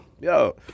Yo